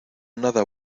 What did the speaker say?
nada